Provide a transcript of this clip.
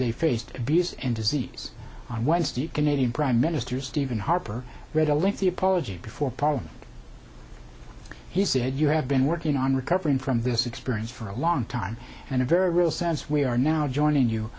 they faced abuse and disease on wednesday canadian prime minister stephen harper read a link the apology for paul he said you have been working on recovering from this experience for a long time and a very real sense we are now joining you